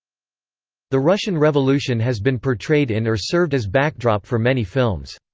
the russian revolution has been portrayed in or served as backdrop for many films.